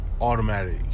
automatic